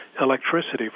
electricity